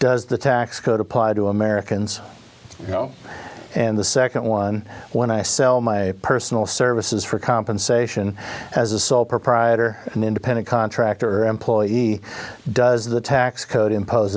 does the tax code apply to americans and the second one when i sell my personal services for compensation as a sole proprietor an independent contractor employee does the tax code impose